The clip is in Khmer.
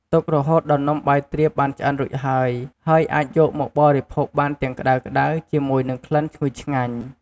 ទុករហូតដល់ នំបាយទ្រាបបានឆ្អិនរួចហើយ ហើយអាចយកមកបរិភោគបានទាំងក្តៅៗជាមួយនឹងក្លិនឈ្ងុយឆ្ងាញ់។